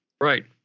right